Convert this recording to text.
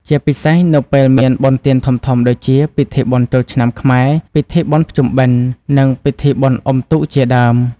ជាពិសេសនៅពេលមានបុណ្យទានធំៗដូចជា ពិធីបុណ្យចូលឆ្នាំខ្មែរ ពិធីបុណ្យភ្ជុំបិណ្ឌ និង ពិធីបុណ្យអុំទូក ជាដើម។